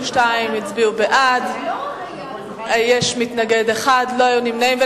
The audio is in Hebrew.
32 הצביעו בעד, יש מתנגד אחד ולא היו נמנעים.